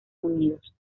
unidos